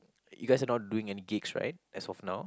you guys are not doing any gigs right as of now